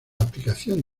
aplicación